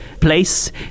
place